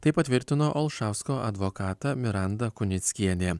tai patvirtino olšausko advokata miranda kunickienė